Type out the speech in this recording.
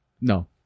No